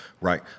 right